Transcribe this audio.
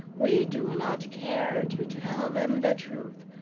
we do not care to tell them the truth,